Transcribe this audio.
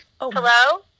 Hello